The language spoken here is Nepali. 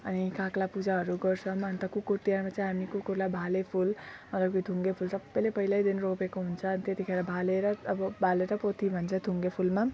अनि कागलाई पूजाहरू गर्छौँ अन्त कुकुर तिहारमा चाहिँ हामी कुकुरलाई भाले फुल अन्त फेरि थुङ्गे फुल सबले पहिल्यैदेखि रोपेको हुन्छन् त्यतिखेर भाले र अब भाले र पोथी भन्छ थुङ्गे फुलमा